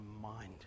mind